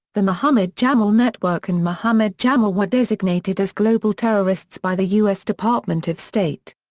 the muhammad jamal network and muhammad jamal were designated as global terrorists by the u s. department of state.